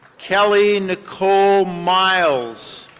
kelly nicole miles.